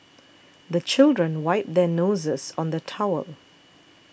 the children wipe their noses on the towel